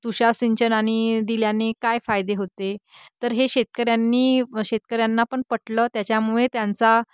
तुषार सिंचनाने दिल्याने काय फायदे होते तर हे शेतकऱ्यांनी शेतकऱ्यांना पण पटलं त्याच्यामुळे त्यांचा